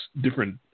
different